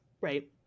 Right